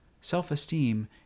self-esteem